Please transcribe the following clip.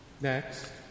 Next